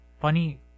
Funny